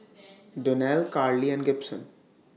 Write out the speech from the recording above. Donnell Karley and Gibson